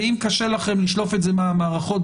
ואם קשה לכם לשלוף את זה מהמערכות,